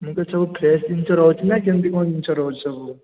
ମୁଁ କହିଲି ସବୁ ଫ୍ରେସ୍ ଜିନିଷ ରହୁଛି ନା କେମିତି କ'ଣ ଜିନିଷ ରହୁଛି ସବୁ